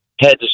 heads